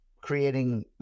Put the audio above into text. creating